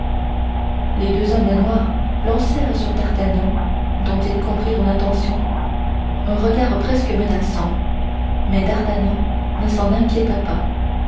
les deux hommes noirs lancèrent sur d'artagnan dont ils comprirent l'intention un regard presque menaçant mais d'artagnan ne s'en inquiéta pas